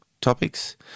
topics